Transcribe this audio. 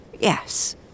Yes